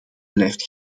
blijft